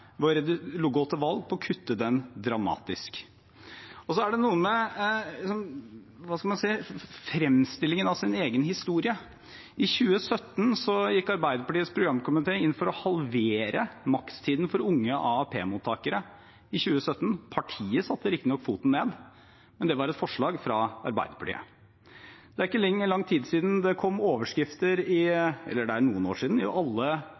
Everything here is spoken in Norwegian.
gå til valg på å kutte den dramatisk. Så er det noe med fremstillingen av ens egen historie. I 2017 gikk Arbeiderpartiets programkomité inn for å halvere makstiden for unge AAP-mottakere. Partiet satte riktignok foten ned, men det var et forslag fra Arbeiderpartiet. Det er ikke lang tid – eller det er noen år siden – det kom overskrifter i alle Norges aviser. Arbeiderpartiet i